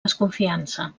desconfiança